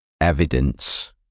evidence